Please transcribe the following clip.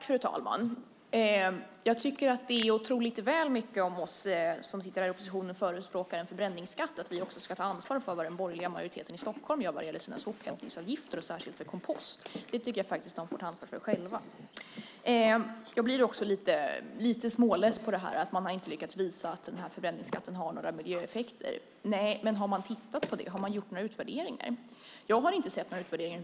Fru talman! Det är otroligt att vi i oppositionen som sitter här och förespråkar en förbränningsskatt också ska ta ansvar för vad den borgerliga majoriteten i Stockholm gör vad gäller sophanteringsavgifter, särskilt för kompost. Det får den ta ansvar för själv. Jag blir också lite småless över att man inte har lyckats visa att förbränningsskatten har några miljöeffekter. Nej, men har man gjort några utvärderingar? Jag har över huvud taget inte sett några utvärderingar.